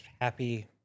happy